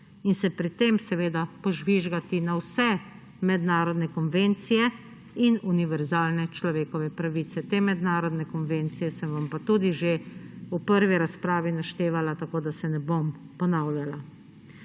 in se pri tem seveda požvižgati na vse mednarodne konvencije in univerzalne človekove pravice. Te mednarodne konvencije sem vam pa tudi že v prvi razpravi naštevala, tako da se ne bom ponavljala.